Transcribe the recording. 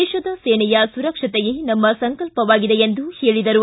ದೇಶದ ಸೇನೆಯ ಸುರಕ್ಷತೆಯೇ ನಮ್ಮ ಸಂಕಲ್ಪವಾಗಿದೆ ಎಂದು ಹೇಳಿದರು